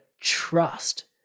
trust